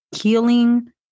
healing